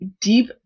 deep